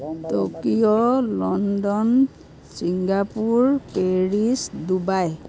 Tokyo London Singapore Paris Dubai